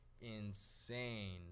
Insane